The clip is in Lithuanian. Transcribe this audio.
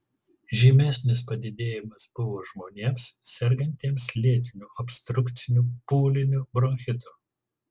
žymesnis padidėjimas buvo žmonėms sergantiems lėtiniu obstrukciniu pūliniu bronchitu